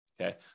okay